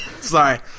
sorry